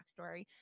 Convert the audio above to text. backstory